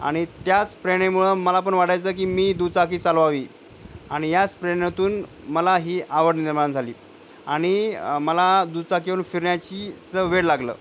आणि त्याचं प्रेरणेमुळं मला पण वाटायचं की मी दुचाकी चालवावी आणि याच प्रेरणेतून मला ही आवड निर्माण झाली आणि मला दुचाकीवरून फिरण्याचीचं वेड लागलं